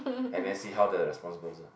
and then see how the response goes ah